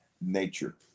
nature